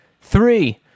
Three